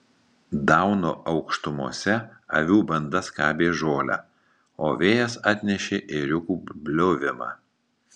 dauno aukštumose avių banda skabė žolę o vėjas atnešė ėriukų bliovimą